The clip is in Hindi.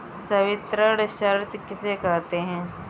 संवितरण शर्त किसे कहते हैं?